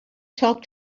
talk